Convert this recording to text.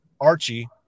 Archie